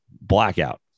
Blackout